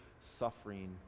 suffering